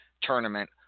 Tournament